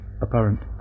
apparent